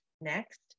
next